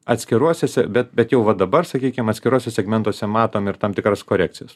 atskiruosiose bet bet jau va dabar sakykim atskiruose segmentuose matome ir tam tikras korekcijas